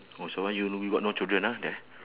oh so you you got no children ah there